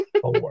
four